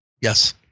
Yes